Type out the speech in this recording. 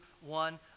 one